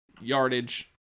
yardage